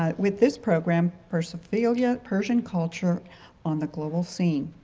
ah with this program, persophilia persian culture on the global scene.